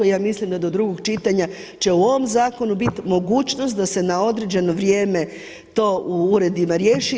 Ja mislim da do drugog čitanja će u ovom zakonu biti mogućnost da se na određeno vrijeme to u uredima riješi.